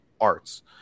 arts